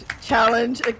Challenge